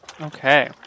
okay